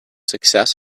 success